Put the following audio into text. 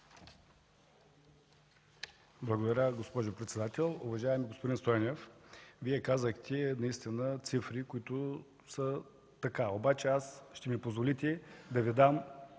Благодаря, госпожо председател. Уважаеми господин Стойнев, Вие казахте наистина цифри, които са така, обаче ще ми позволите аз да Ви дам